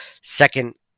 second